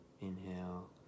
Inhale